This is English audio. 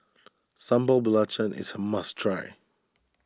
Sambal Belacan is a must try